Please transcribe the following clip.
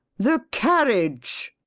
the carriage!